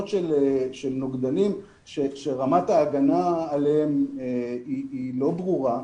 של נוגדנים שרמת ההגנה עליהם היא לא ברורה,